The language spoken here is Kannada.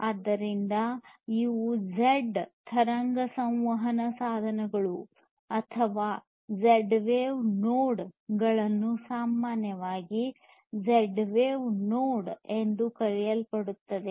ಆದ್ದರಿಂದ ಇವುಗಳು ಝೆಡ್ ತರಂಗ ಸಂವಹನ ಸಾಧನಗಳು ಅಥವಾ ಝೆಡ್ ವೇವ್ ನೋಡ್ ಗಳನ್ನು ಸಾಮಾನ್ಯವಾಗಿ ಝೆಡ್ ವೇವ್ ನೋಡ್ ಎಂದು ಕರೆಯಲ್ಪಡುತ್ತವೆ